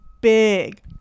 big